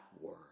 word